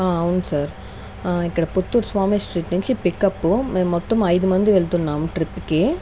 అవును సార్ ఇక్కడ పుత్తూరు స్వామి స్ట్రీట్ నుంచి పికప్ మేము మొత్తం ఐదు మంది వెళ్తున్నాం ట్రిప్కి